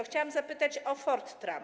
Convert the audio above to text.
Chciałam zapytać o Fort Trump.